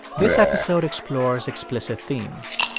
this episode explores explicit themes.